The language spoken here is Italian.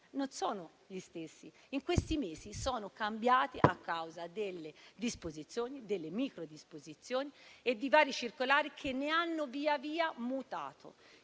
non sono gli stessi; in questi mesi sono cambiati a causa delle disposizioni, delle micro-disposizioni e di varie circolari che ne hanno via via via mutato